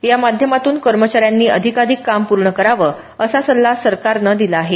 या माध्यमातून कर्मचाऱ्यांनी अधिकाधिक काम पूर्ण करावं असा सल्ला सरकारनं दिला आहे